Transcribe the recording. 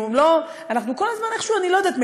אני לא יודעת,